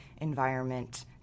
environment